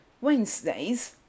Wednesdays